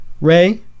Ray